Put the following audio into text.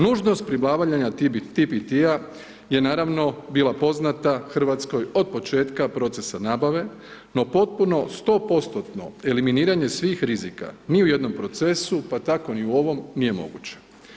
Nužnost pribavljanja TPT-a je naravno bila poznata Hrvatskoj od početka procesa nabave, no potpuno 100%-tno eliminiranje svih rizika ni u jednom procesu pa tako ni u ovom nije moguće.